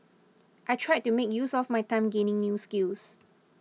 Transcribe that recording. I tried to make use of my time gaining new skills